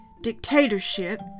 Dictatorship